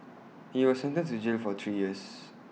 he was sentenced to jail for three years